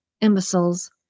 imbeciles